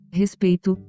respeito